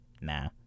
Nah